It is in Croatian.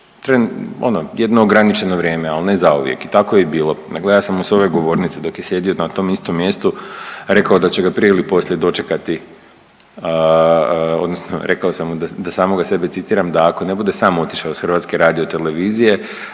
i tako je i bilo.